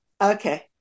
Okay